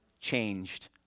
changed